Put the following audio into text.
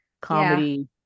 comedy